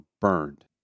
burned